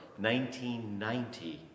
1990